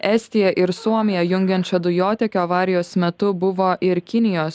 estiją ir suomiją jungiančio dujotiekio avarijos metu buvo ir kinijos